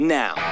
now